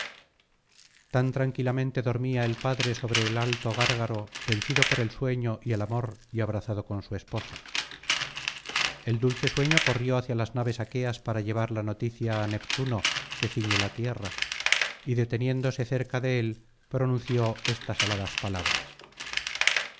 tan tranquilamente dormía el padre sobre el alto gárgaro vencido por el sueño y el amor y abrazado con su esposa el dulce sueño corrió hacia las naves aqueas para llevar la noticia á neptuno que ciñe la tierra y deteniéndose cerca de él pronunció estas aladas palabras